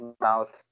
mouth